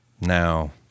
Now